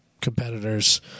competitors